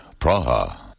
Praha